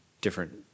different